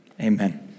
amen